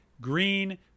green